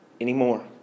anymore